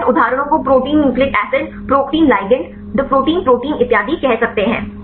आप विभिन्न उदाहरणों को protein nucleic acid protein ligand द प्रोटीन प्रोटीन इत्यादि कह सकते हैं